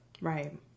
Right